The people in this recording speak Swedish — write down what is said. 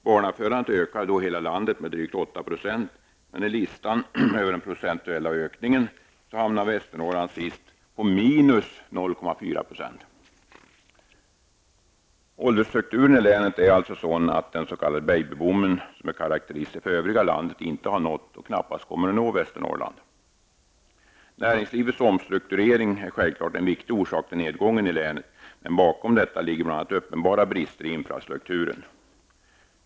Barnafödandet ökade då i hela landet med drygt 8 %, men i listan över den procentuella ökningen hamnar Västernorrland sist på minus 0,4 %. Åldersstrukturen i länet är alltså sådan att den s.k. babyboomen som är karakteristisk för övriga landet inte har nått och knappast kommer att nå Näringslivets omstrukturering är självfallet en viktig orsak till nedgången i länet, men bakom detta ligger bl.a. uppenbara brister i infrastrukturen.